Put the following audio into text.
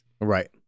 Right